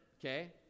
okay